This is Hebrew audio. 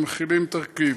המכילים תרכיב.